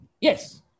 Yes